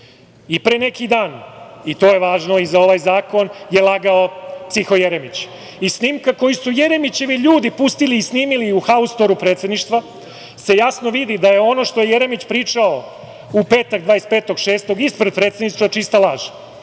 60%.Pre neki dan je, i to je važno i za ovaj zakon, lagao Jeremić. Iz snimka koji su Jeremićevi ljudi pustili i snimili u haustoru Predsedništva se jasno vidi da je ono što je Jeremić pričao u petak 25. juna ispred Predsedništva čista laž.